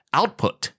output